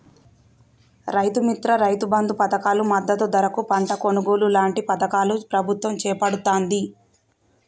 రైతు మిత్ర, రైతు బంధు పధకాలు, మద్దతు ధరకు పంట కొనుగోలు లాంటి పధకాలను ప్రభుత్వం చేపడుతాంది